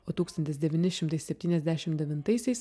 o tūkstantis devyni šimtai septyniasdešim devintaisiais